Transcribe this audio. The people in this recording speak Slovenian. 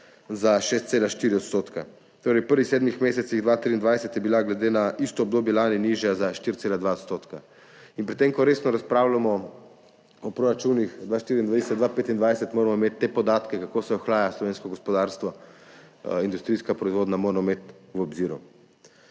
za 6,4 %. Torej je bila v prvih sedmih mesecih 2023 glede na isto obdobje lani nižja za 4,2 %. In pri tem, ko resno razpravljamo o proračunih 2024, 2025, moramo imeti te podatke, kako se ohlaja slovensko gospodarstvo, industrijska proizvodnja, v obziru.